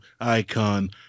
icon